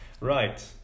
Right